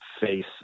face